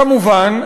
כמובן,